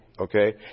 Okay